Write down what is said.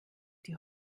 die